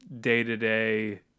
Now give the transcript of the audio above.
day-to-day